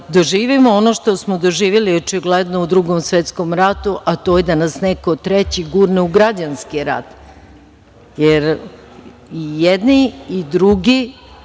doživimo ono što smo doživeli očigledno u Drugom svetskom ratu, a to je da nas neko treći gurne u građanski rat.I jedni i drugi